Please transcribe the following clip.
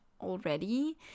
already